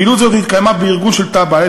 פעילות זו התקיימה בארגון של תא בל"ד,